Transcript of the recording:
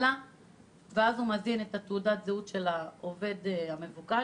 הוא מזין את תעודת הזהות של העובד המבוקש,